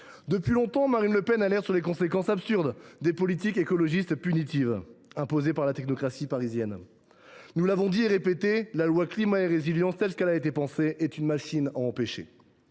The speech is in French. Depuis longtemps, Marine Le Pen alerte sur les conséquences absurdes des politiques écologistes punitives imposées par la technocratie parisienne. Nous l’avons dit et répété : la loi Climat et Résilience, telle qu’elle a été pensée, est une machine à empêcher,